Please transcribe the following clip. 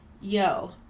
Yo